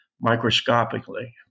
microscopically